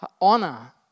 honor